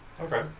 Okay